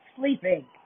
Sleeping